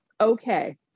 okay